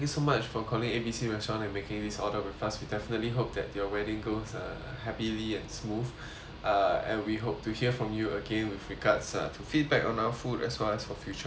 calling A B C restaurant and making this order with us we definitely hope that your wedding goes uh happily and smooth uh and we hope to hear from you again with regards uh to feedback on our food as well as for future orders